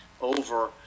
over